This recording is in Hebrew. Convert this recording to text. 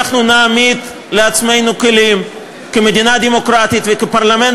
אנחנו נעמיד לעצמנו כלים כמדינה דמוקרטית וכפרלמנט